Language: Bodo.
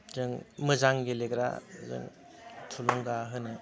जों मोजां गेलेग्रा जों थुलुंगा होनो